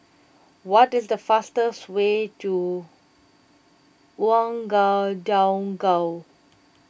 what is the fastest way to Ouagadougou